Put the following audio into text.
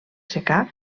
secà